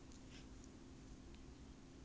doctor also can lah accountant also can